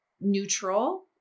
neutral